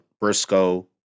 Briscoe